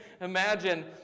imagine